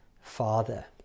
father